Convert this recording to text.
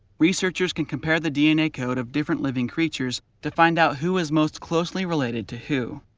researchers can compare the dna code of different living creatures to find out who is most closely related to who.